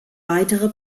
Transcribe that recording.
weitere